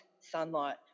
sunlight